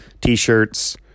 T-shirts